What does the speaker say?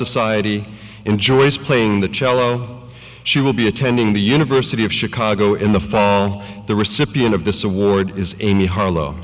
society enjoys playing the cello she will be attending the university of chicago in the fall the recipient of this award is amy